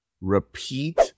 repeat